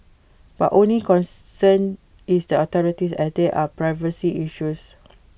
but only concern is the authorities as they are privacy issues